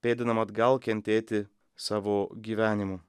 pėdinam atgal kentėti savo gyvenimu